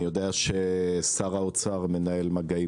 אני יודע ששר האוצר מנהל מגעים,